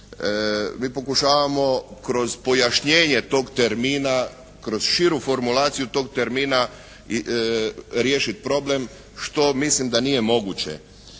Mi pokušavamo kroz pojašnjenje tog termina, kroz širu formulaciju tog termina riješiti problem što mislim da nije moguće.